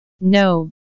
No